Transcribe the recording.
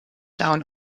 down